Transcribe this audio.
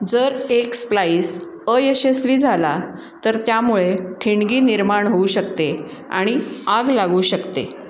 जर एक स्प्लाइस अयशस्वी झाला तर त्यामुळे ठिणगी निर्माण होऊ शकते आणि आग लागू शकते